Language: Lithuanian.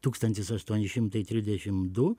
tūkstantis aštuoni šimtai trisdešimt du